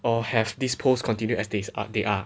or have this post continue as th~ as they are